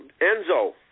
Enzo